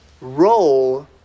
Roll